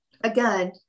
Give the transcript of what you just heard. again